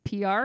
PR